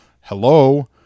Hello